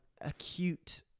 acute